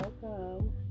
welcome